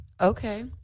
Okay